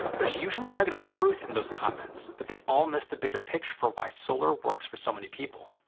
there's usually a nugget of truth in those comments, but they all miss the bigger picture for why solar works for so many people.